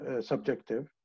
subjective